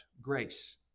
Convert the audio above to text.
grace